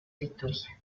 liturgia